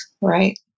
Right